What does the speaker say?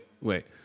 wait